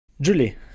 Julie